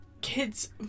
Kids